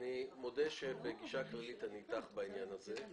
אני מודה שבגישה כללית אני אתך בעניין הזה.